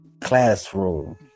classroom